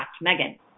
Megan